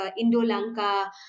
Indo-Lanka